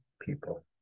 people